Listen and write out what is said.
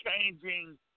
changing